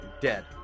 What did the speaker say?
dead